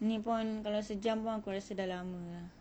ni pun kalau sejam aku rasa dah lama dah